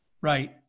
Right